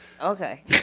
Okay